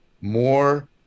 more